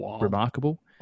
remarkable